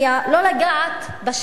לא לגעת בשבט,